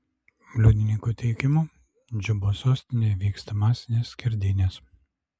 liudininkų teigimu džubos sostinėje vyksta masinės skerdynės